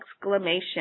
Exclamation